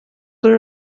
layer